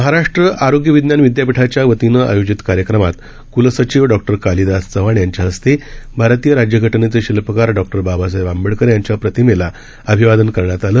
महाराष्ट्र आरोग्य विज्ञान विदयापीठाच्या वतीनं आयोजित कार्यक्रमात क्लसचिव डॉ कालिदास चव्हाण यांच्या हस्ते भारतीय राज्य घटनेचे शिल्पकार डॉ बाबासाहेब आंबेडकर यांच्या प्रतिमेला अभिवादन करण्यात आलं